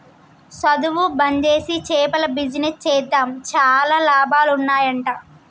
సధువు బంజేసి చేపల బిజినెస్ చేద్దాం చాలా లాభాలు ఉన్నాయ్ అంట